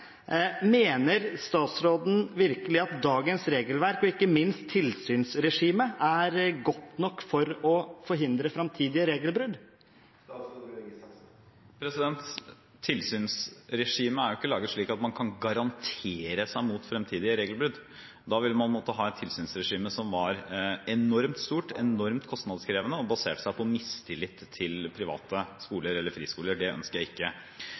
Mener statsråden virkelig at dagens regelverk, og ikke minst tilsynsregimet, er godt nok for å forhindre framtidige regelbrudd? Tilsynsregimet er ikke laget slik at man kan garantere seg mot fremtidige regelbrudd. Da ville man måtte ha et tilsynsregime som var enormt stort, enormt kostnadskrevende og basert på mistillit til private skoler eller friskoler. Det ønsker jeg ikke.